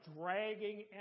dragging